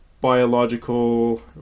biological